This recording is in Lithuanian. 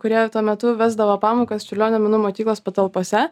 kurie tuo metu vesdavo pamokas čiurlionio menų mokyklos patalpose